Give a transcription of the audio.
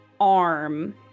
arm